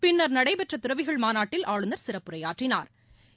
பின்னா் நடைபெற்ற துறவிகள் மாநாட்டில் ஆளுநர் சிறப்புரையாற்றினாா்